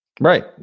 Right